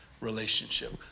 relationship